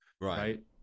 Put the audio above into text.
right